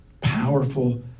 powerful